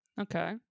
Okay